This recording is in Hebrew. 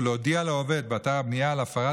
ולהודיע לעובד באתר הבנייה על הפרת